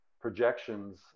projections